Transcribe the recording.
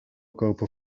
kopen